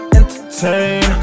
entertain